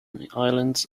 islands